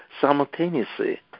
simultaneously